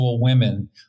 women